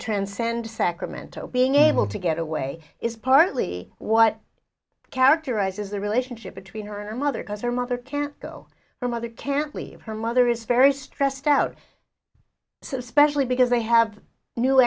transcend to sacramento being able to get away is partly what characterizes the relationship between her and her mother because her mother can't go her mother can't leave her mother is very stressed out so especially because they have new